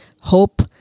hope